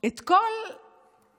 את כל הסערות